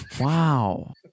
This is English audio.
Wow